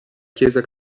chiesa